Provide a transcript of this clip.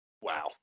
Wow